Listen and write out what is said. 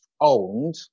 owned